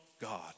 God